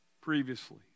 previously